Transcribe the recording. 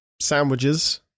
sandwiches